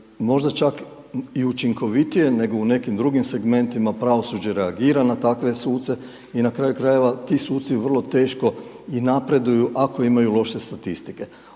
možda čak i učinkovitije nego u nekim drugim segmentima, pravosuđe reagira na takve suce i na kraju krajeva ti suci vrlo teško i napreduju ako imaju loše statistike.